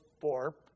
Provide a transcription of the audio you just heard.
four